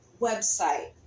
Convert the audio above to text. website